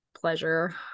Pleasure